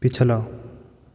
ਪਿਛਲਾ